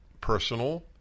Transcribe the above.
Personal